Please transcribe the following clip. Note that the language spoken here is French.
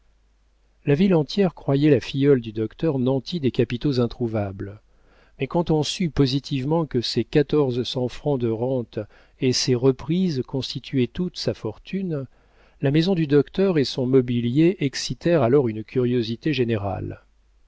la ville entière croyait la filleule du docteur nantie des capitaux introuvables mais quand on sut positivement que ses quatorze cents francs de rente et ses reprises constituaient toute sa fortune la maison du docteur et son mobilier excitèrent alors une curiosité générale